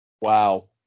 Wow